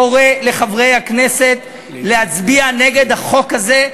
אני קורא לחברי הכנסת להצביע נגד החוק הזה,